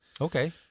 Okay